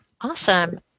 Awesome